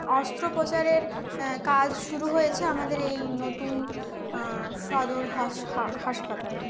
অস্ত্রোপচারের কাজ শুরু হয়েছে আমাদের এই নতুন সদর হস হাসপাতালে